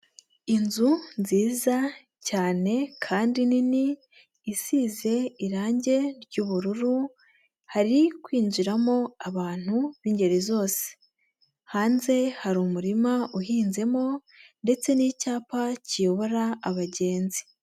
Inzu nziza cyane kandi nini, isize irange ry'ubururu, hari kwinjiramo abantu b'ingeri zose. Hanze hari umurima uhinzemo ndetse n'icyapa kiyobora abagenzi.